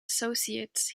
associates